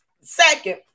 second